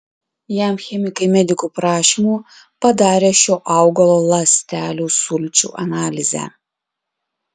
jam chemikai medikų prašymu padarė šio augalo ląstelių sulčių analizę